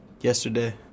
Yesterday